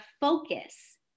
focus